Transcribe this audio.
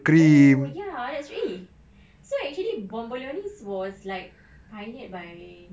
oh ya that's eh so actually bombolinis was like pioneered by dunkin donuts